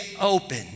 open